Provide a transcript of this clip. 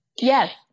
Yes